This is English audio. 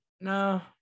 No